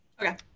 okay